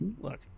Look